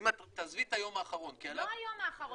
תעזבי את היום האחרון --- לא היום האחרון,